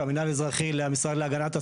והמינהל האזרחי - למשרד להגנת הסביבה.